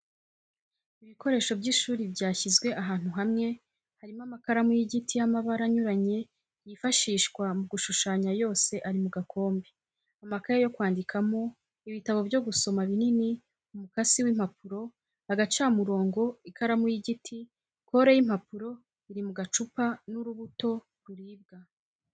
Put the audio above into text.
Ibikoresho by'ishuri byashyizwe ahantu hamwe harimo amakaramu y'igiti y'amabara anyuranye yifashishwa mu gushushanya yose ari mu gakombe, amakaye yo kwandikamo, ibitabo byo gusoma binini, umukasi w'impapuro, agacamurongo, ikaramu y'igiti, kore y'impapuro iri mu gacupa n'urubuto ruribwa.